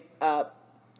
up